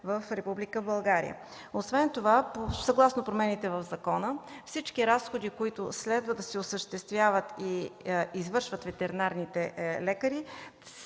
България? Освен това, съгласно промените в закона, всички разходи, които следва да се осъществяват и да извършват ветеринарните лекари,